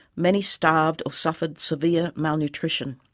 many starved or suffered severe malnutrition.